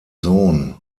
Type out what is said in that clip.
sohn